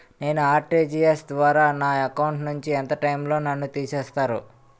నేను ఆ.ర్టి.జి.ఎస్ ద్వారా నా అకౌంట్ నుంచి ఎంత టైం లో నన్ను తిసేస్తారు?